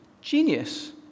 genius